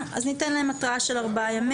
אפשר להצמיד את זה לישיבה אחרת שקיימת לך בלו"ז.